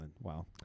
wow